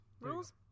Rules